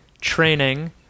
training